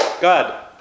God